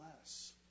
less